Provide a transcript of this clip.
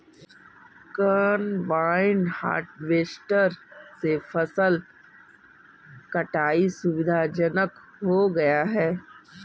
combine harvester से फसल कटाई सुविधाजनक हो गया है